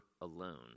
alone